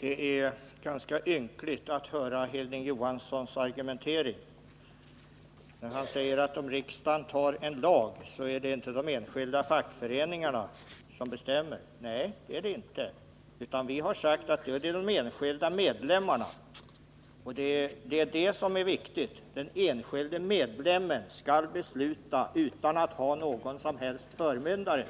gör ett ganska ynkligt intryck när man hör Hilding Johanssons argumentering. Han säger att om riksdagen antar en lag, så är det inte de enskilda fackföreningarna som bestämmer. Nej, det är det. Nr 28 inte. Vi har sagt att då är det de enskilda medlemmarna som bestämmer. Det Onsdagen den är det som är viktigt — den enskilde medlemmen skall besluta utan att ha 14 november 1979 någon som helst förmyndare över sig.